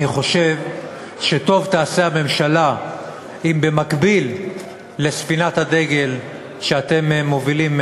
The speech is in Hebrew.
אני חושב שטוב תעשה הממשלה אם במקביל לספינת הדגל שאתם מובילים,